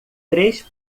três